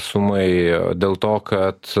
sumai dėl to kad